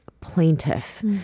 plaintiff